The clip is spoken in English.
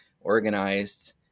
organized